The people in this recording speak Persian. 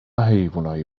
حیونای